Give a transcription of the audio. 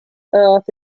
earth